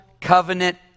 covenant